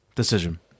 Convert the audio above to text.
decision